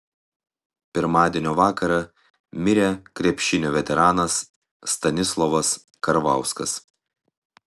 pirmadienio vakarą mirė krepšinio veteranas stanislovas karvauskas